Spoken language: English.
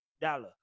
dollar